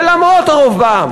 ולמרות הרוב בעם.